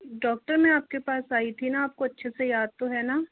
doctor मैं आपके पास आई थी न आपको अच्छे से याद तो है न